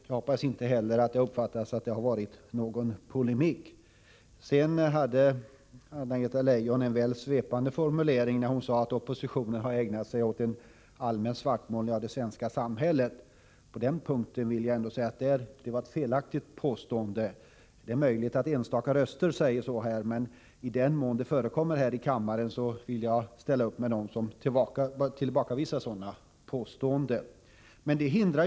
Jag hoppas att man inte fått den uppfattningen att det skulle ha förekommit någon polemik i det avseendet. Med en litet väl svepande formulering sade Anna-Greta Leijon att oppositionen har ägnat sig åt att göra en allmän svartmålning av det svenska samhället. Jag vill framhålla att det var ett felaktigt påstående. Det är möjligt att enstaka röster uttalat sig i den riktningen. Men i den mån det förekommit här i kammaren vill jag understryka att jag ställer mig på deras sida som tillbakavisar påståenden av det slaget.